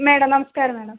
madam നമസ്കാരം madam